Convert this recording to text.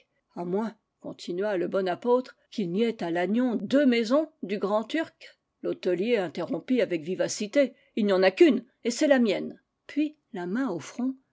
a moins continua le bon apôtre qu'il n'y ait à lannion deux maisons du grandturc l'hôtelier interrompit avec vivacité il n'y en a qu'une et c'est la mienne puis la main au front